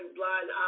blind